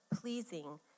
pleasing